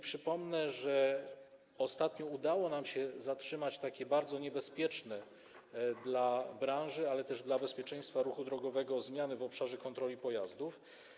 Przypomnę, że ostatnio udało nam się zatrzymać takie bardzo niebezpieczne dla branży, ale też jeśli chodzi o bezpieczeństwo ruchu drogowego, zmiany w obszarze kontroli pojazdów.